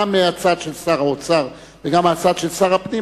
גם מהצד של שר האוצר וגם מהצד של שר הפנים,